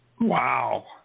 Wow